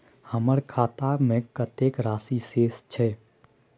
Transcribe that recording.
हमर खाता में कतेक राशि शेस छै?